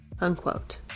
Unquote